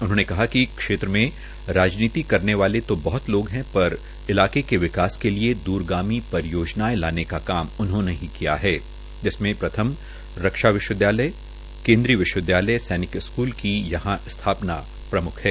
उन्होंने कहा कि क्षेत्र मे राजनीति करने वाले तो बहत लोगा है पर इलाके के विकास के लिए दूरगामी परियोजनाएं लाने का काम उन्होंने ही किया है प्रथम रक्षा विश्वविदयालय केन्द्रीय विश्वविदयालय स्कृल की यहां जिसमें स्थापना प्रम्ख है